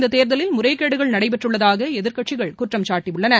இந்த தேர்தலில் முறைகேடுகள் நடைபெற்றுள்ளதாக எதிர்க்கட்சிகள் குற்றம் சாட்டியுள்ளன